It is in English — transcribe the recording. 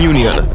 Union